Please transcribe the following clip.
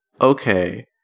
okay